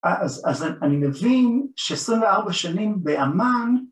‫אז אני מבין ש-24 שנים באמ"ן...